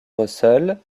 russell